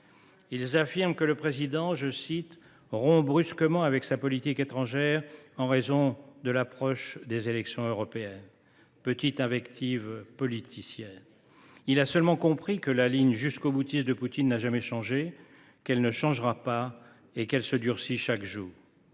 Ils affirment que le Président de la République « rompt brusquement avec sa politique étrangère en raison de l’approche des élections européennes », petite invective politicienne. Or le chef de l’État a seulement compris que la ligne jusqu’au boutiste de Poutine n’a jamais changé, qu’elle ne changera pas et qu’elle se durcit chaque jour.